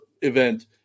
event